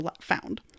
found